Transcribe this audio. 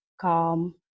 calm